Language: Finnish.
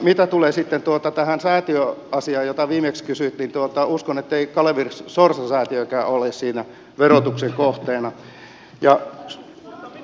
mitä tulee sitten tähän säätiöasiaan jota viimeksi kysyit niin uskon että ei kalevi sorsa säätiökään ole siinä verotuksen kohteena